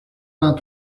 vingt